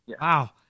Wow